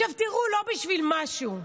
עכשיו תראו, לא בשביל משהו,